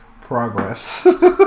progress